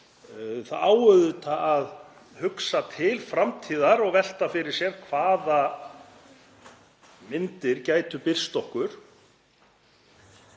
Auðvitað á að hugsa til framtíðar og velta fyrir sér hvaða myndir gætu birst okkur,